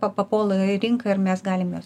pa papuola į rinką ir mes galime